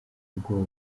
ubwoba